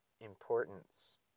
importance